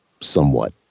somewhat